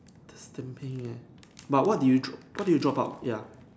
that's the mean eh but what did you drew what did you drop out ya